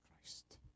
Christ